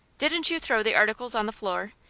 didn't you throw the articles on the floor?